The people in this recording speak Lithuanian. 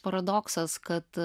paradoksas kad